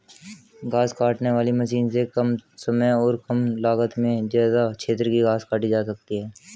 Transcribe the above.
घास काटने वाली मशीन से कम समय और कम लागत में ज्यदा क्षेत्र की घास काटी जा सकती है